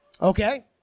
Okay